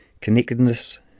connectedness